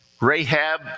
Rahab